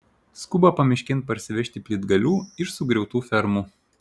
skuba pamiškėn parsivežti plytgalių iš sugriautų fermų